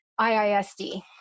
IISD